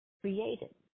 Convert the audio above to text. created